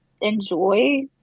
enjoy